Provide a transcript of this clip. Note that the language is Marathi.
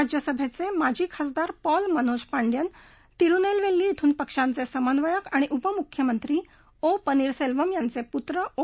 राज्यसभेचे माजी खासदार पॉल मनोज पांड्यन तिरुनेलवेल्ली इथून पक्षाचे समन्वयक आणि उपमुख्यमंत्री ओ पनीरसेल्वम यांचे पुत्र ओ